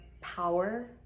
power